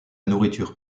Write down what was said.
nourriture